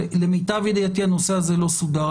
למיטב ידיעתי הנושא הזה לא סודר,